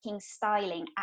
styling